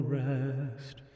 rest